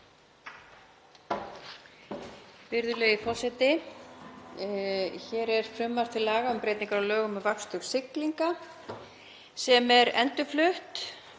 Hér er frumvarp til laga um breytingar á lögum um vaktstöð siglinga sem er endurflutt.